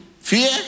fear